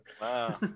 Wow